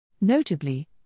Notably